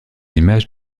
images